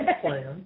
plan